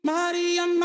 Maria